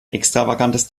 extravagantes